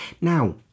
Now